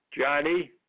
Johnny